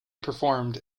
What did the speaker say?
performed